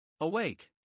Awake